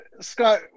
Scott